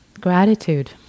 gratitude